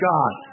God